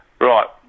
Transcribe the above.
right